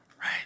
right